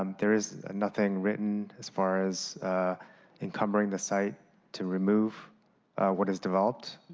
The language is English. um there is nothing written as far as encumbering the site to remove what is developed.